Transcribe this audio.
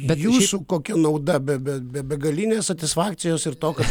bet jūsų kokia nauda be be be begalinės satisfakcijos ir to kad